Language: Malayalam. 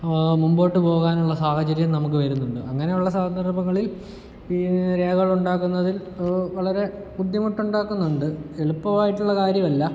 മുമ്പോട്ട് പോകാനുള്ള സാഹചര്യം നമുക്ക് വരുന്നുണ്ട് അങ്ങനുള്ള സന്ദർഭങ്ങളിൽ ഈ രേഖകളുണ്ടാക്കുന്നതിൽ വളരെ ബുദ്ധിമുട്ടുണ്ടാക്കുന്നുണ്ട് എളുപ്പമായിട്ടുള്ള കാര്യമല്ല